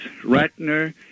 Ratner